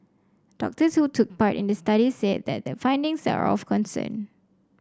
doctors who took part in the study said that the findings are of concern